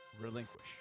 relinquish